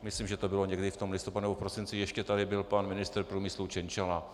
Myslím, že to bylo někdy v tom listopadu nebo prosinci, ještě tady byl pan ministr průmyslu Cienciala.